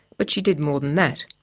but she did more than that.